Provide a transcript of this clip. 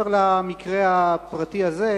מעבר למקרה הפרטי הזה,